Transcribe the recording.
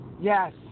Yes